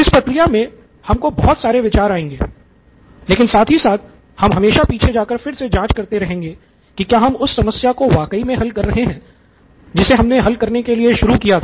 इस प्रक्रिया मे हमको बहुत सारे विचारों आएँगे लेकिन साथ ही साथ हम हमेशा पीछे जा कर फिर से जाँच करते रहेंगे कि क्या हम उस समस्या को वाकई मे हल कर रहे हैं जिसे हमने हल करने के लिए शुरू किया था